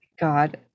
God